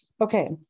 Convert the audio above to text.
Okay